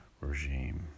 regime